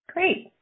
Great